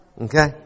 Okay